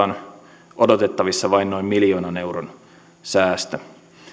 on odotettavissa vain noin miljoonan euron säästö